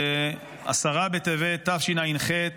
בעשרה בטבת תשע"ח,